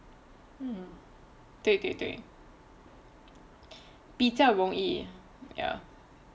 对对对比较容易 ya